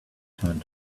turned